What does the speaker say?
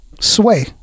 Sway